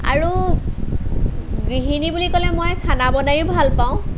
আৰু গৃহিণী বুলি ক'লে মই খানা বনাইও ভাল পাওঁ